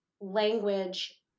language